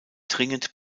dringend